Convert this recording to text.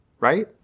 Right